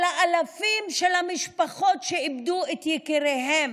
על אלפי המשפחות שאיבדו את יקיריהן,